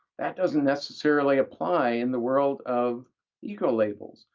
that doesn't necessarily apply in the world of eco labels,